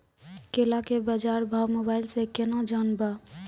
केला के बाजार भाव मोबाइल से के ना जान ब?